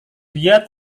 dia